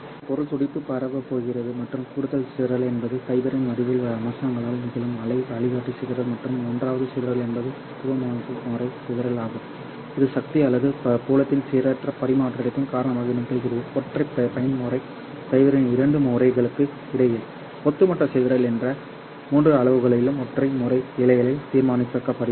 இதன் பொருள் துடிப்பு பரவப் போகிறது மற்றும் கூடுதல் சிதறல் என்பது ஃபைபரின் வடிவியல் அம்சங்களால் நிகழும் அலை வழிகாட்டி சிதறல் மற்றும் மூன்றாவது சிதறல் என்பது துருவமுனைப்பு முறை சிதறல் ஆகும் இது சக்தி அல்லது புலத்தின் சீரற்ற பரிமாற்றத்தின் காரணமாக நிகழ்கிறது ஒற்றை பயன்முறை ஃபைபரின் இரண்டு முறைகளுக்கு இடையில் ஒட்டுமொத்த சிதறல் இந்த மூன்று அளவுகளாலும் ஒற்றை முறை இழைகளில் தீர்மானிக்கப்படுகிறது